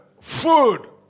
food